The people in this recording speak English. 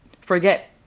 forget